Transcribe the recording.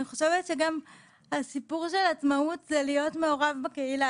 אני חושבת שהסיפור של עצמאות זה גם להיות מעורב בקהילה,